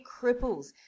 cripples